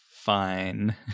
fine